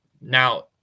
Now